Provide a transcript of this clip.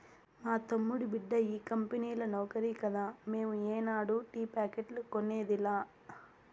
మా తమ్ముడి బిడ్డ ఈ కంపెనీల నౌకరి కదా మేము ఏనాడు టీ ప్యాకెట్లు కొనేదిలా